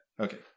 Okay